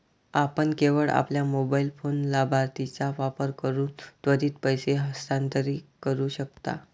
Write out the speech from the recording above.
आपण केवळ आपल्या मोबाइल फोन लाभार्थीचा वापर करून त्वरित पैसे हस्तांतरित करू शकता